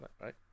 right